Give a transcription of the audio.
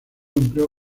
empleo